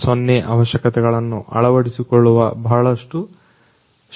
0 ಅವಶ್ಯಕತೆಗಳನ್ನು ಅಳವಡಿಸಿಕೊಳ್ಳುವ ಬಹಳಷ್ಟು ಶಕ್ತಿಯನ್ನು ಹೊಂದಿದೆ